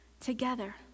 together